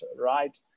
right